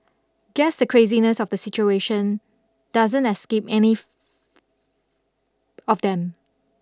guess the craziness of the situation doesn't escape any of them